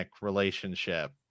relationship